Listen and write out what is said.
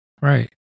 right